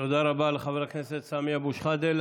תודה רבה לחבר הכנסת סמי אבו שחאדה.